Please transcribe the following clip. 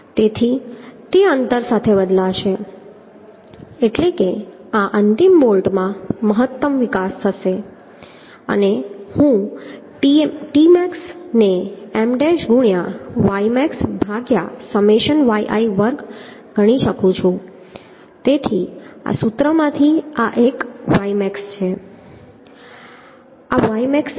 તેથી તે અંતર સાથે બદલાશે એટલે કે આ અંતિમ બોલ્ટમાં મહત્તમ વિકાસ થશે અને હું Tmax ને M ડેશ ગુણ્યાં ymax ભાગ્યા સમેશન yi વર્ગ ગણી શકું છું તેથી આ સૂત્રમાંથી આ એક ymax છે